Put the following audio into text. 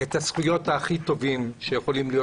את הזכויות הכי טובות שיכולות להיות